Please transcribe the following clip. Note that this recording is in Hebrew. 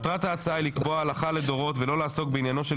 מטרת ההצעה היא לקבוע הלכה לדורות ולא לעסוק בעניינו של